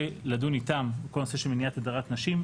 לדון איתם בכל הנושא של מניעת הדרת נשים,